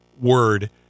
word